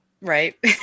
right